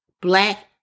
black